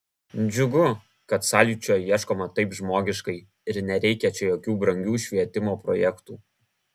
džiugu kad sąlyčio ieškoma taip žmogiškai ir nereikia čia jokių brangių švietimo projektų